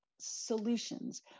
solutions